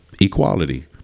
Equality